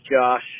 Josh